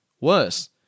Worse